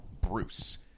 Bruce